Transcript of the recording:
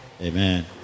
Amen